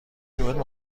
کیلومتر